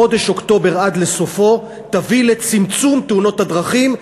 בחודש אוקטובר עד סופו תביא לצמצום תאונות הדרכים.